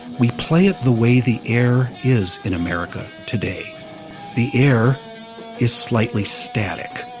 we play it the way the air is in america today the air is slightly static.